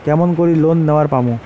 কেমন করি লোন নেওয়ার পামু?